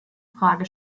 frage